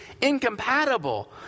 incompatible